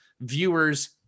viewers